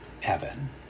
heaven